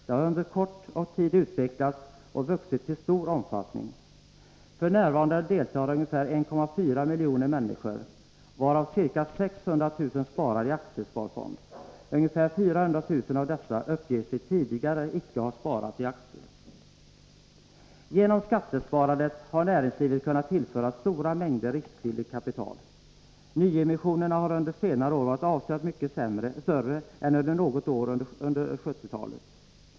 Det har under kort tid utvecklats och vuxit till stor omfattning. F. n. deltar ungefär 1,4 miljoner människor, varav ca 600 000 sparar i aktiesparfond. Ungefär 400 000 av dessa uppger sig tidigare icke ha sparat i aktier. Genom skattesparandet har näringslivet kunnat tillföras stora mängder riskvilligt kapital. Nyemissionerna har under senare år varit avsevärt mycket större än under något år under 1970-talet.